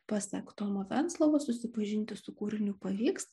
pasak tomo venclovos susipažinti su kūriniu pavyks